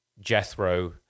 jethro